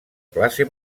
classe